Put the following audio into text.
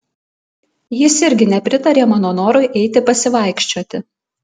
jis irgi nepritarė mano norui eiti pasivaikščioti